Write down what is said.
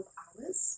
hours